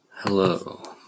Hello